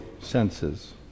senses